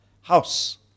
house